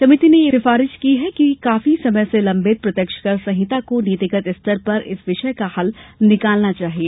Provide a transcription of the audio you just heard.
समिति ने यह सिफारिश की है कि काफी समय से लंबित प्रत्यक्ष कर संहिता को नीतिगत स्तर पर इस विषय का हल निकालना चाहिए